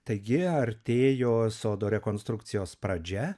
taigi artėjo sodo rekonstrukcijos pradžia